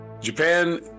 Japan